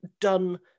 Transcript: done